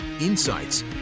insights